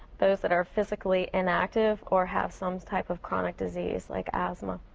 those that are physically inactive or have some type of chronic disease, like asthma.